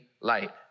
light